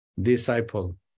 disciple